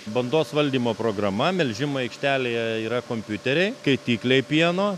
bandos valdymo programa melžimo aikštelėje yra kompiuteriai kaitikliai pieno